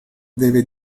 deve